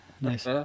Nice